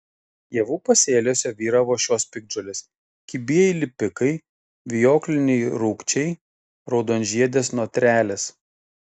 javų pasėliuose vyravo šios piktžolės kibieji lipikai vijokliniai rūgčiai raudonžiedės notrelės